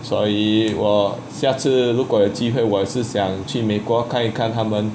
所以我下次如果有机会我是想去美国看一看他们